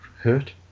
hurt